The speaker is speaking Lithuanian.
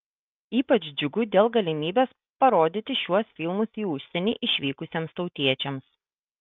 ypač džiugu dėl galimybės parodyti šiuos filmus į užsienį išvykusiems tautiečiams